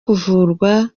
kuvuzwa